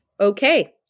okay